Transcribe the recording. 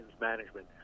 management